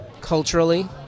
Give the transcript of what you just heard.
culturally